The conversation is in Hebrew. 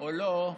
או לא,